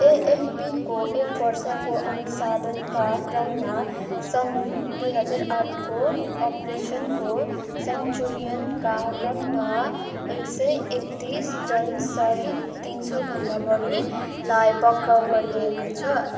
एएफपीको एक वर्षको अनुसाधनका क्रममा सन् दुई हजार आठको अपरेसनको सेन्चुरियनका क्रममा एक सय एकत्तिसजनसहित तिन सौँभन्दा बढीलाई पक्राउ गरिएका छ